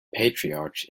patriarch